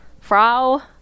Frau